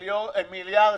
בוודאי.